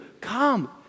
come